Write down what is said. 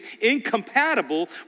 incompatible